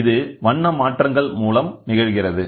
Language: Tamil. இது வண்ண மாற்றங்கள் மூலம் நிகழ்கிறது